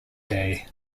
day